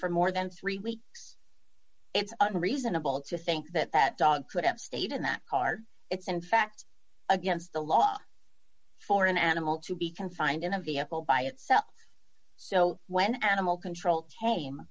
for more than three weeks it's reasonable to think that that dog could have stayed in that car it's in fact against the law for an animal to be confined in a vehicle by itself so when animal control tame